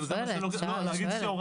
זה יכול לקחת כמה חודשים.